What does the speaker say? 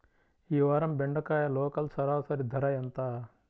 ఈ వారం బెండకాయ లోకల్ సరాసరి ధర ఎంత?